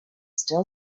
still